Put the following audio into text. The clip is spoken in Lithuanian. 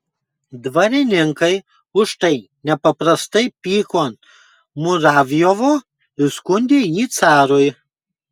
dvarininkai už tai nepaprastai pyko ant muravjovo ir skundė jį carui